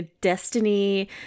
destiny